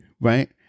right